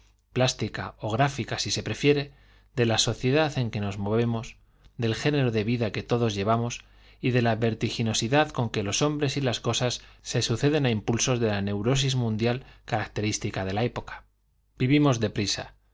plástica ó gd fi a si se prefiere de la sociedad en que nos movemos del género de vida que todos llevamos y de la vertiginosidad con que los hombres y las cosas se suceden á impulsos de la neu rosis mundial característica de la época vivimos de